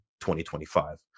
2025